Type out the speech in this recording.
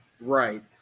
Right